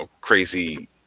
crazy